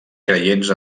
creients